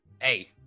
hey